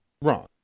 wrong